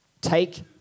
take